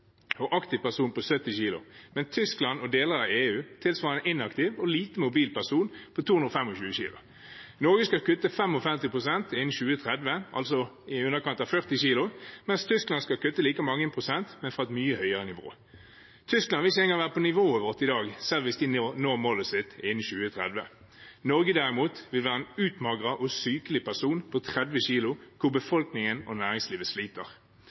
på 70 kg, mens Tyskland og deler av EU tilsvarer en inaktiv og lite mobil person på 225 kg. Norge skal kutte 55 pst. innen 2030, altså i underkant av 40 kg, mens Tyskland skal kutte like mange prosent, men fra et mye høyere nivå. Tyskland vil ikke engang være på nivået vårt i dag, selv om de når målet sitt innen 2030. Norge, derimot, vil være en avmagret og sykelig person på 30 kg, hvor befolkningen og næringslivet sliter.